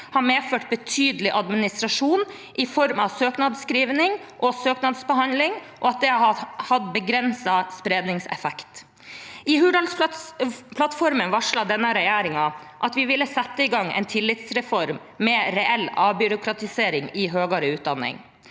har medført betydelig administrasjon i form av søknadsskriving og søknadsbehandling, og at de har hatt begrenset spredningseffekt. I Hurdalsplattformen varslet denne regjeringen at vi ville sette i gang en tillitsreform med reell avbyråkratisering i høyere utdanning,